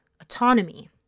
autonomy